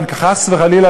וחס וחלילה,